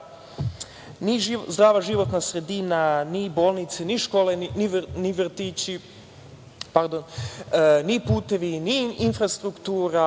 ni zdrava životna sredina, ni bolnice, ni škole, ni vrtići, ni putevi, ni infrastruktura,